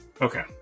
Okay